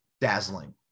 dazzling